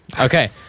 Okay